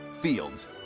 Fields